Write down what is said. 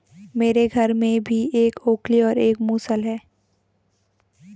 मेरे घर में भी एक ओखली और एक मूसल है